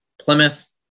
Plymouth